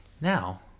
Now